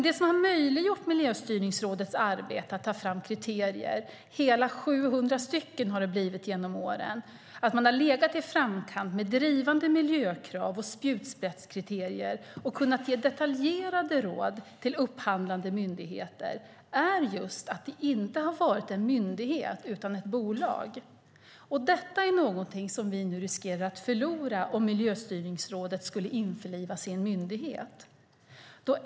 Det som möjliggjort Miljöstyrningsrådets arbete med att ta fram kriterier - hela 700 kriterier har det blivit genom åren - och att ligga i framkant med drivandet av miljökrav och spjutspetskriterier samt kunna ge detaljerade råd till upphandlande myndigheter har just varit att det inte är en myndighet utan ett bolag. Det riskerar vi att förlora om Miljöstyrningsrådet ska införlivas i en myndighet.